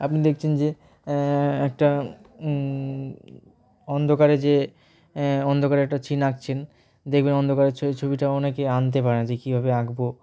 আপনি দেখছেন যে একটা অন্ধকারে যে অন্ধকারে একটা চিন আঁকছেন দেখবেন অন্ধকারের ছ ছবিটা অনেকে আনতে পারে যে কীভাবে আঁকবো